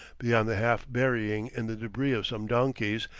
beyond the half-burying in the debris of some donkeys,